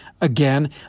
again